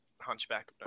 Hunchback